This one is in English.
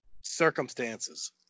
Circumstances